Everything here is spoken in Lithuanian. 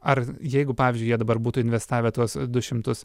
ar jeigu pavyzdžiui jie dabar būtų investavę tuos du šimtus